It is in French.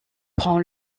prend